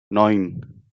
neun